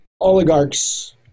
oligarchs